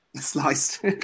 sliced